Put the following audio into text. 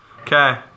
Okay